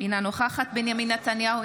אינה נוכחת בנימין נתניהו,